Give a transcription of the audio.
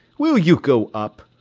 will you go up?